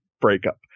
breakup